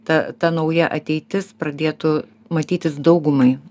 ta ta nauja ateitis pradėtų matytis daugumai